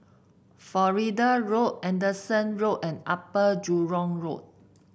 Florida Road Anderson Road and Upper Jurong Road